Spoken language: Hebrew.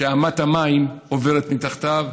שאמת המים עוברת מתחתיו,